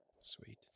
Sweet